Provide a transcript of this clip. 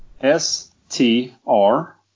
S-T-R